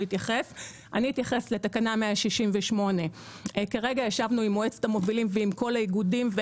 אני אתייחס לתקנה 168. ישבנו עם מועצת המובילים ועם כל האיגודים,